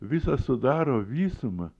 visą sudaro visumą